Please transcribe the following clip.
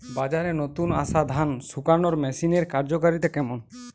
বাজারে নতুন আসা ধান শুকনোর মেশিনের কার্যকারিতা কেমন?